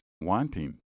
wanting